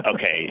okay